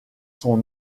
son